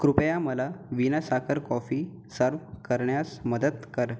कृपया मला विनासाखर कॉफी सर्व्ह करण्यास मदत कर